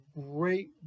great